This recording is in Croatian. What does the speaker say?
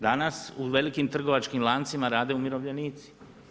Danas u velikim trgovačkim lancima rade umirovljenici.